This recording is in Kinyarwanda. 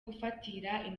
gufatira